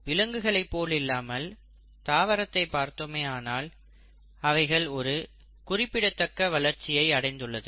விலங்குகள் போலில்லாமல் தாவரத்தை பார்த்தோமேயானால் அவைகள் ஒரு குறிப்பிடத்தக்க வளர்ச்சியை அடைந்துள்ளது